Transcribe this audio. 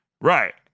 right